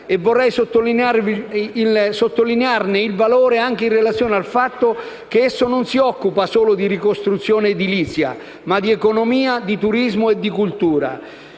E vorrei sottolinearne il valore anche in relazione al fatto che esso non si occupa solo di ricostruzione edilizia, ma anche di economia, di turismo e cultura.